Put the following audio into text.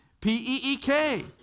P-E-E-K